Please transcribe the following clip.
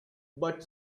but